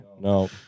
No